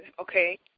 okay